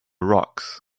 rocks